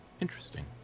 Interesting